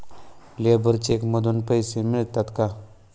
Labour cheque मधून पैसे मिळतात का?